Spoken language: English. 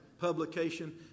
publication